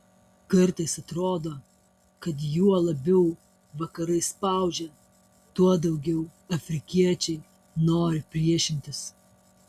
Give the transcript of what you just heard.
kartais atrodo kad juo labiau vakarai spaudžia tuo daugiau afrikiečiai nori priešintis